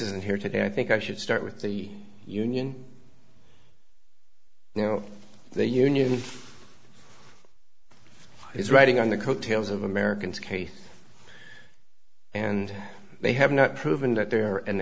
isn't here today i think i should start with the union now the union is riding on the coattails of americans case and they have not proven that they're an